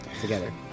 together